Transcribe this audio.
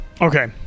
Okay